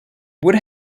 wood